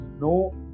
no